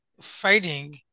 fighting